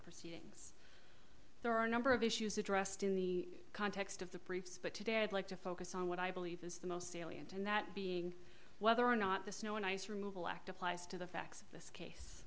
proceeding there are a number of issues addressed in the context of the briefs but today i'd like to focus on what i believe is the most salient and that being whether or not the snow and ice removal act applies to the facts of this case